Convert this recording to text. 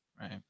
Right